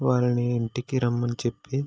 వాళ్ళని ఇంటికి రమ్మని చెప్పి